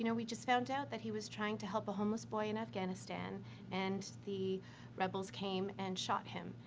you know we just found out that he was trying to help a homeless boy in afghanistan and the rebels came and shot him.